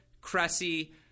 cressy